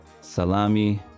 Salami